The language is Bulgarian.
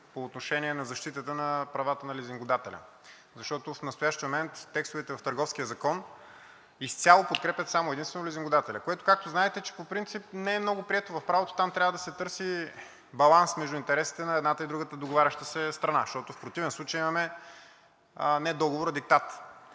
по отношение на защитата на правата на лизингодателя? Защото в настоящия момент текстовете в Търговския закон изцяло подкрепят само и единствено лизингодателя, което, както знаете, че по принцип не е много прието в правото. Там трябва да се търси баланс между интересите на едната и другата договаряща се страна, защото в противен случай имаме не договор, а диктат.